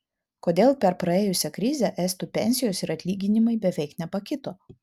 kodėl per praėjusią krizę estų pensijos ir atlyginimai beveik nepakito